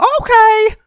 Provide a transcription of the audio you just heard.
okay